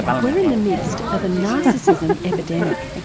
we are in the midst of a narcissism epidemic.